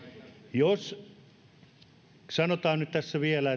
sanotaan nyt tässä vielä